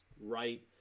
right